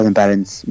balance